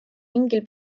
mingil